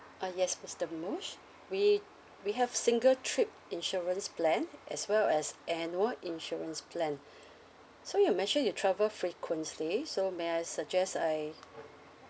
uh yes mister mosse we we have single trip insurance plan as well as annual insurance plan so you mentioned you travel frequently so may I suggest I